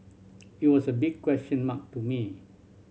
it was a big question mark to me